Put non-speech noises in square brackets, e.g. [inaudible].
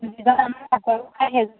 [unintelligible]